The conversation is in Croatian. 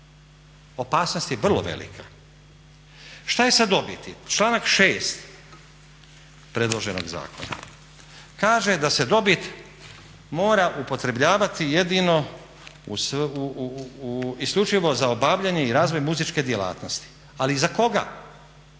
Opasnost je vrlo velika. Šta je s dobiti? Članak 6. predloženog zakona kaže da se dobit mora upotrebljavati jedino, isključivo za obavljanje i razvoj muzičke djelatnosti. Ali za koga?